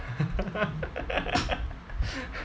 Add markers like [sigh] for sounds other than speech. [laughs]